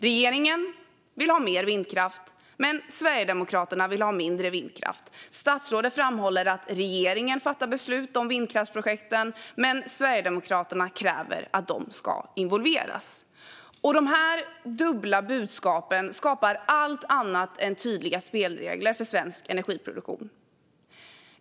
Regeringen vill ha mer vindkraft, men Sverigedemokraterna vill ha mindre vindkraft. Statsrådet framhåller att regeringen fattar beslut om vindkraftsprojekten, men Sverigedemokraterna kräver att de ska involveras. De här dubbla budskapen skapar allt annat än tydliga spelregler för svensk energiproduktion.